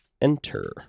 enter